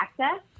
Access